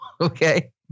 okay